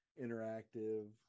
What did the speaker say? interactive